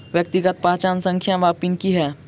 व्यक्तिगत पहचान संख्या वा पिन की है?